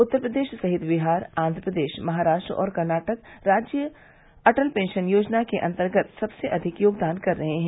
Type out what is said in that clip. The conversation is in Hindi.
उत्तर प्रदेश सहित बिहार आंध्र प्रदेश महाराष्ट्र और कर्नाटक राज्य अटल पेंशन योजना के अन्तर्गत सबसे अधिक योगदान कर रहे है